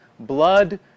Blood